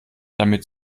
damit